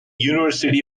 university